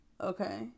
okay